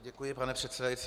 Děkuji, pane předsedající.